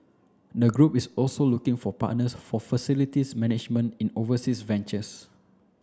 the group is also looking for partners for facilities management in overseas ventures